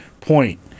point